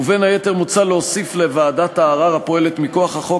ובין היתר מוצע להוסיף לוועדת הערר הפועלת מכוח החוק